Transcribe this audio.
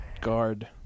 Guard